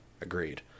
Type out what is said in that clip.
Agreed